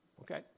Okay